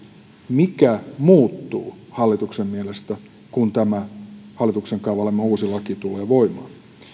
mikä muuttuu hallituksen mielestä kun tämä hallituksen kaavailema uusi laki tulee voimaan